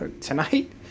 Tonight